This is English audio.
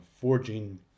forging